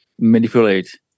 manipulate